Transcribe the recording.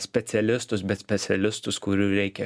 specialistus bet specialistus kurių reikia